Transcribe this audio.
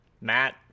Matt